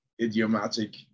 idiomatic